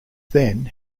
then